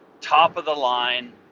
top-of-the-line